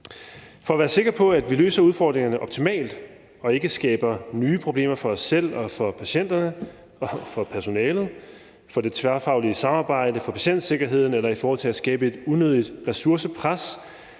For at være sikker på, at vi løser udfordringerne optimalt og ikke skaber nye problemer for os selv og for patienterne, personalet, det tværfaglige samarbejde, patientsikkerheden eller i forhold til at skabe et unødigt ressourcepres,